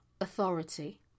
authority